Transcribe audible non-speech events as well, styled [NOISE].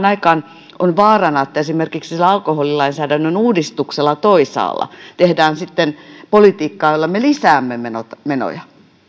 [UNINTELLIGIBLE] aikaan on vaarana että esimerkiksi alkoholilainsäädännön uudistuksella toisaalla tehdään politiikkaa jolla me lisäämme menoja menoja